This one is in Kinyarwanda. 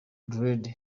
dread